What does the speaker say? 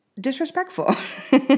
disrespectful